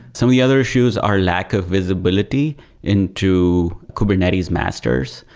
some of the other issues are lack of visibility into kubernetes masters.